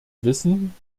wissen